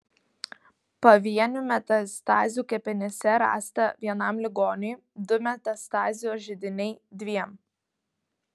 pavienių metastazių kepenyse rasta vienam ligoniui du metastazių židiniai dviem